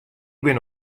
bin